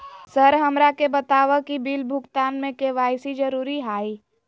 Sir हमरा के बताओ कि बिल भुगतान में के.वाई.सी जरूरी हाई?